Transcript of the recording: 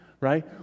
right